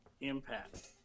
impact